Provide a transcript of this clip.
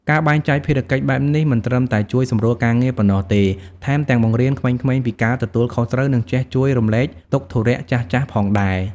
ការបែងចែកភារកិច្ចបែបនេះមិនត្រឹមតែជួយសម្រួលការងារប៉ុណ្ណោះទេ ថែមទាំងបង្រៀនក្មេងៗពីការទទួលខុសត្រូវ និងចេះជួយរំលែកទុកធុរះចាស់ៗផងដែរ ។